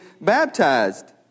baptized